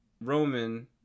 Roman